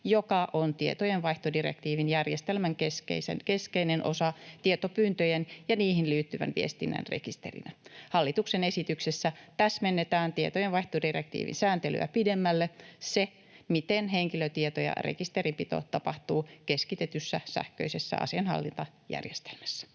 joka on tietojenvaihtodirektiivin järjestelmän keskeinen osa tietopyyntöjen ja niihin liittyvän viestinnän rekisterinä. Hallituksen esityksessä täsmennetään tietojenvaihtodirektiivin sääntelyä pidemmälle se, miten henkilötietojen rekisterinpito tapahtuu keskitetyssä sähköisessä asianhallintajärjestelmässä.